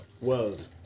world